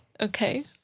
Okay